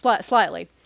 slightly